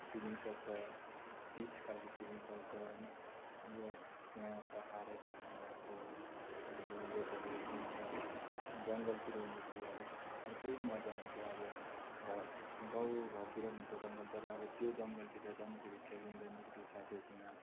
feelings आउँछ पिस खालको फिलिङ्ग्स आउँछ होइन अब त्यहाँ पाहाडै पाहाड भएको अब हिउँले भरिएको हुन्छ जङ्गलतिर हिँड्दाखेरि अब अर्कै मजा हुन्छ अब घ गाउँघरतिर पनि हुन्छ जङ्गल अब त्यो जङ्गलतिर जाँदाखेरि ट्रेकिङ जाँदाखेरि साथीहरूसँग